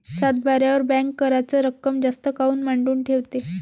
सातबाऱ्यावर बँक कराच रक्कम जास्त काऊन मांडून ठेवते?